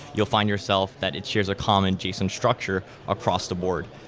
you'll find yourself that it shares a common json structure across the board.